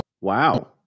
wow